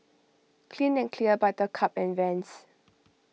Clean and Clear Buttercup and Vans